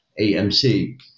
AMC